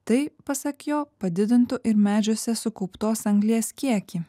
tai pasak jo padidintų ir medžiuose sukauptos anglies kiekį